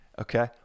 Okay